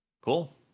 Cool